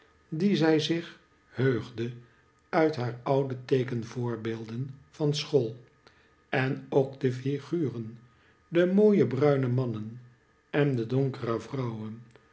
die zij zich heugde uit haar oude teekenvoorbeelden van school en ook de figuren de mooie bruine mannen en de donkere vrouwen